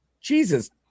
jesus